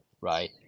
right